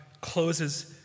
closes